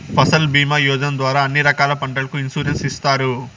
ఫసల్ భీమా యోజన ద్వారా అన్ని రకాల పంటలకు ఇన్సురెన్సు ఇత్తారు